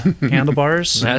handlebars